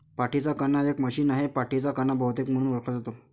पाठीचा कणा एक मशीन आहे, पाठीचा कणा बहुतेक म्हणून ओळखला जातो